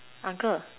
uncle